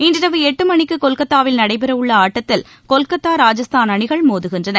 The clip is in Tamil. இன்றிரவு எட்டு மணிக்கு கொல்கத்தாவில் நடைபெறவுள்ள ஆட்டத்தில் கொல்கத்தா ராஜஸ்தான் அணிகள் மோதுகின்றன